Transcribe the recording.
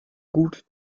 gut